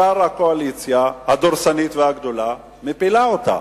ישר הקואליציה הדורסנית והגדולה מפילה אותה.